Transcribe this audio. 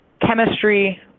chemistry